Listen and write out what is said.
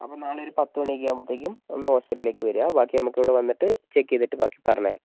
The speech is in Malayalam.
അപ്പം നാളെ ഒരു പത്ത് മണിയൊക്കെ ആകുമ്പോഴ്ത്തേക്കും ഒന്ന് ഹോസ്പിറ്റലിലേക്ക് വരൂക ബാക്കി നമുക്ക് ഇവിടെ വന്നിട്ട് ചെക്ക് ചെയ്തിട്ട് ബാക്കി പറഞ്ഞു തരാം